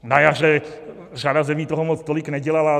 Na jaře řada zemí toho moc tolik nedělala.